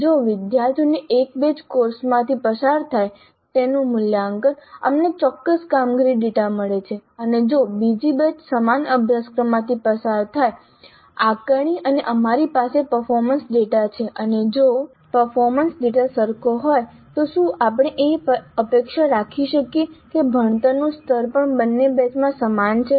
જો વિદ્યાર્થીઓની એક બેચ કોર્સમાંથી પસાર થાય તેનું મૂલ્યાંકન અમને ચોક્કસ કામગીરી ડેટા મળે છે અને જો બીજી બેચ સમાન અભ્યાસક્રમમાંથી પસાર થાય આકારણી અને અમારી પાસે પર્ફોર્મન્સ ડેટા છે અને જો પર્ફોર્મન્સ ડેટા સરખો હોય તો શું આપણે અપેક્ષા રાખી શકીએ કે ભણતરનું સ્તર પણ બંને બેચમાં સમાન છે